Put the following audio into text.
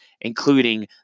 including